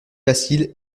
facile